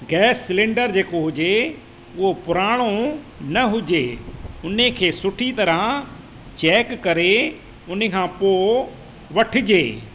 gas cylinder जेको हुजे उहो पुराणो न हुजे उन खे सुठी तरह चेक करे उन खां पोइ वठिजे